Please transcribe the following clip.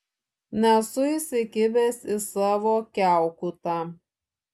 nesu įsikibęs į savo kiaukutą